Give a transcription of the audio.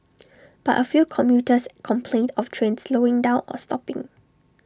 but A few commuters complained of trains slowing down or stopping